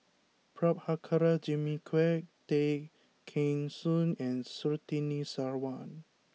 Prabhakara Jimmy Quek Tay Kheng Soon and Surtini Sarwan